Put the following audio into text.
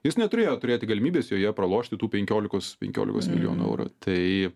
jis neturėjo turėti galimybės joje pralošti tų penkiolikos penkiolikos milijonų eurų tai